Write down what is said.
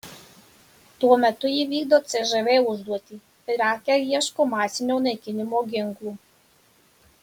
tuo metu ji vykdo cžv užduotį irake ieško masinio naikinimo ginklų